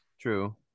True